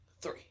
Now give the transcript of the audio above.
Three